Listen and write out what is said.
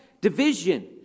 division